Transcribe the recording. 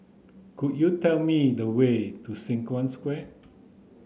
could you tell me the way to Sengkang Square